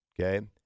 okay